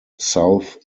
south